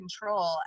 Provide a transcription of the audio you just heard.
control